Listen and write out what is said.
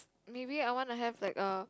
maybe I wanna have like a